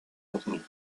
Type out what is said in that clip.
contenu